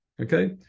Okay